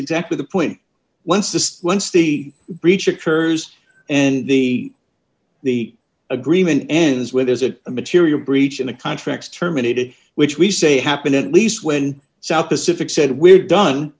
exactly the point once just once the breach occurs and the the agreement ends with there's a material breach in a contract terminated which we say happened at least when south pacific said we're done